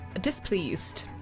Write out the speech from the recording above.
Displeased